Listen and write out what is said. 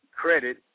credit